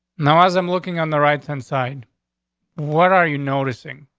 now, as i'm looking on, the rights inside, what are you noticing?